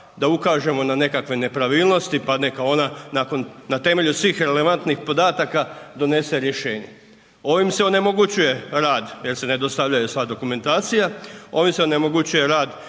da ukažemo na nekakve nepravilnosti, pa neka ona nakon, na temelju svih relevantnih podataka donese rješenje. Ovim se onemogućuje rad jer se ne dostavljaju sva dokumentacija, ovim se onemogućuje rad